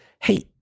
hey